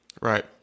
Right